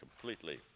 completely